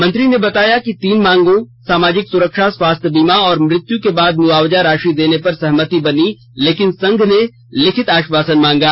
मंत्री ने बताया कि तीन मांगों सामाजिक सुरक्षा स्वास्थ्य बीमा और मृत्यू के बाद मुआवजा राशि देने पर सहमति बनी लेकिन संघ ने लिखित आश्वासन मांगा